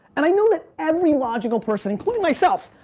and i know that every logical person, including myself,